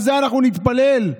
אנחנו נתפלל,